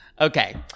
Okay